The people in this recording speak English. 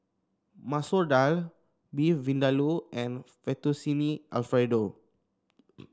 Masoor Dal Beef Vindaloo and Fettuccine Alfredo